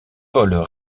vols